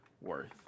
worth